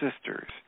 sisters